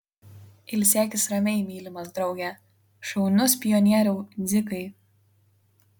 ilsėkis ramiai mylimas drauge šaunus pionieriau dzikai